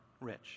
rich